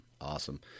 Awesome